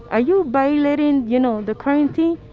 are you violating, you know, the quarantine?